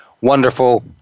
wonderful